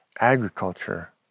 agriculture